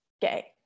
gay